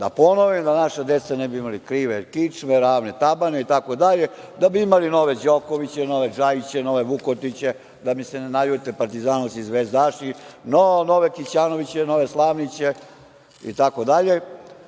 da ponovim, da naša deca ne bi imali krive kičme, ravne tabane itd, da bi imale nove Đokoviće, nove Džajiće, nove Vukotiće, da mi se ne naljute partizanovci i zvezdaši, nove Kićanoviće, nove Slavniće itd,